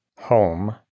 home